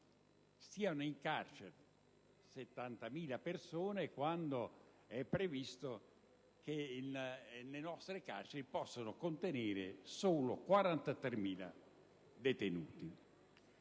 trovino in carcere, quando è previsto che le nostre carceri possano contenere solo 43.000 detenuti.